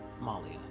Malia